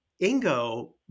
Ingo